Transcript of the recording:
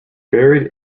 buried